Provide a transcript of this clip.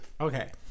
Okay